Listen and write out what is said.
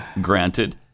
granted